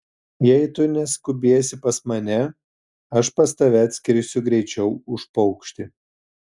jei tu neskubėsi pas mane aš pas tave atskrisiu greičiau už paukštį